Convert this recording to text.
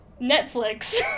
Netflix